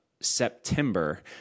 September